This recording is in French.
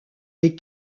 des